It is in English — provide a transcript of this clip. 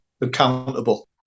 accountable